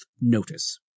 notice